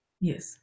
Yes